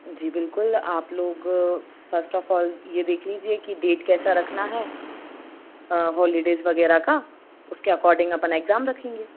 जी बिल्कुल आप लोग फर्स्ट ऑफ ऑल ये देख लीजिए कि डेट कैसे रखना है हॉलीडेज़ वग़ैरह का उसके अकॉर्डिंग अपन इग्ज़ाम रखेंगे